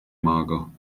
mager